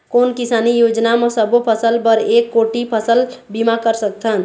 कोन किसानी योजना म सबों फ़सल बर एक कोठी फ़सल बीमा कर सकथन?